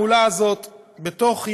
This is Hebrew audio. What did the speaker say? טוב.